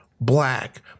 black